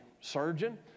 surgeon